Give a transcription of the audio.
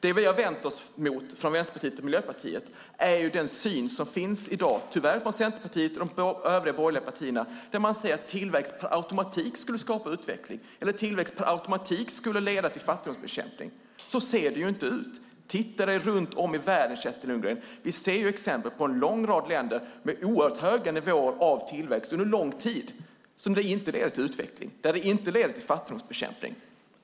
Vad vi i Vänsterpartiet och Miljöpartiet har vänt oss mot är den syn som tyvärr finns i dag hos Centerpartiet och övriga borgerliga partier, där man säger att tillväxt per automatik skulle skapa utveckling och leda till fattigdomsbekämpning. Så ser det inte ut. Titta runt om i världen, Kerstin Lundgren! Vi ser exempel på en lång rad länder med oerhört höga nivåer av tillväxt under en lång tid där det inte leder till utveckling eller fattigdomsbekämpning.